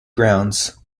grounds